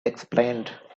explained